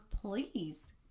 please